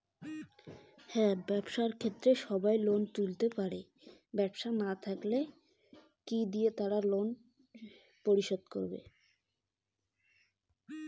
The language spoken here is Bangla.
ব্যবসার ক্ষেত্রে কি সবায় লোন তুলির পায়?